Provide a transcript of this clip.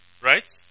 Right